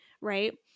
Right